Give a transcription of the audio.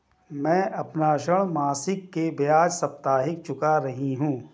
मैं अपना ऋण मासिक के बजाय साप्ताहिक चुका रही हूँ